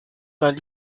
mains